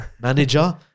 manager